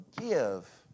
give